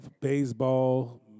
Baseball